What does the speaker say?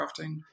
crafting